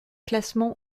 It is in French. classement